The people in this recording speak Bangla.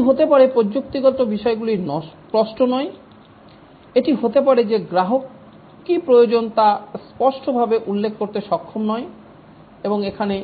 এটি হতে পারে প্রযুক্তিগত বিষয়গুলি স্পষ্ট নয় এটি হতে পারে যে গ্রাহক কী প্রয়োজন তা স্পষ্টভাবে উল্লেখ করতে সক্ষম নয় এবং এখানে